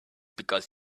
because